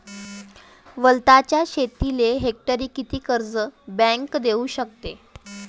वलताच्या शेतीले हेक्टरी किती कर्ज बँक देऊ शकते?